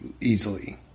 easily